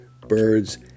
birds